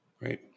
Right